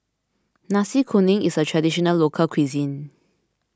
Nasi Kuning is a Traditional Local Cuisine